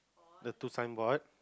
the two signboard